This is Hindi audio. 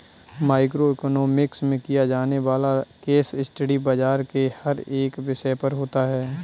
माइक्रो इकोनॉमिक्स में किया जाने वाला केस स्टडी बाजार के हर एक विषय पर होता है